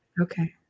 Okay